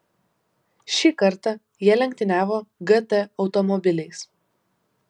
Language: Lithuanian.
šį kartą jie lenktyniavo gt automobiliais